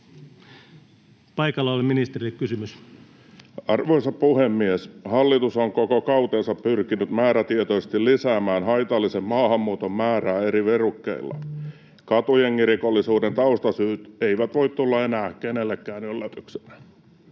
paikalla olevalle ministerille kysymys. Arvoisa puhemies! Hallitus on koko kautensa pyrkinyt määrätietoisesti lisäämään haitallisen maahanmuuton määrää eri verukkeilla. Katujengirikollisuuden taustasyyt eivät voi tulla enää kenelläkään yllätyksenä.